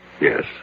yes